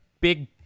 big